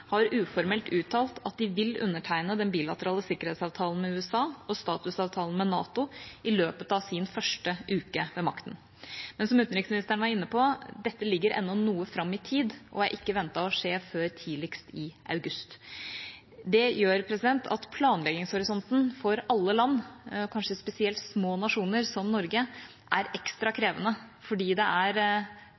har uformelt uttalt at de vil undertegne den bilaterale sikkerhetsavtalen med USA og statusavtalen med NATO i løpet av sin første uke ved makten. Men som utenriksministeren var inne på, ligger dette ennå noe fram i tid og er ikke ventet å skje før tidligst i august. Det gjør at planleggingshorisonten for alle land, kanskje spesielt for små nasjoner som Norge, er ekstra krevende, fordi det er